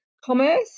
commerce